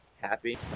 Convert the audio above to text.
happy